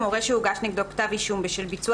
"(ב)הורה שהוגש נגדו כתב אישום בשל ביצוע